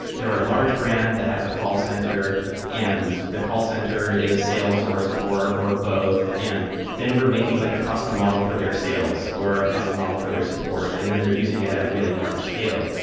they're a large brand that has a call center and the call center is sales or support or both and then we're making like a custom model for their sales or a custom model for their support and then they're using it at really large scale.